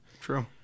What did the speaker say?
True